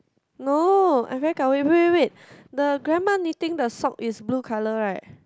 no I very gao wei wait wait wait the grandma knitting the sock is blue colour right